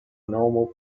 normal